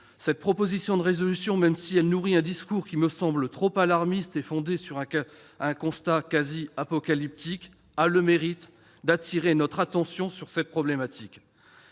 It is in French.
Cette proposition de résolution, même si elle nourrit un discours trop alarmiste fondé sur un constat quasiment apocalyptique, a le mérite d'attirer notre attention sur cette problématique.